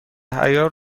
عیار